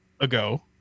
ago